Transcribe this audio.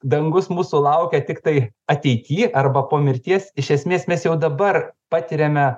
dangus mūsų laukia tiktai ateity arba po mirties iš esmės mes jau dabar patiriame